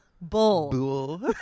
Bull